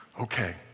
Okay